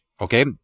okay